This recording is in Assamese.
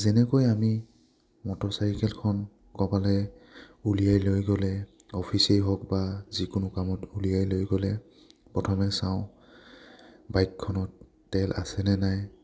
যেনেকৈ আমি মটৰচাইকেলখন ক'ৰবালৈ উলিয়াই লৈ গ'লে অফিচেই হওক বা যিকোনো কামত উলিয়াই লৈ গ'লে প্ৰথমে চাওঁ বাইকখনত তেল আছেনে নাই